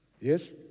Yes